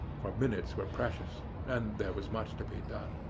for minutes were precious, and there was much to be done.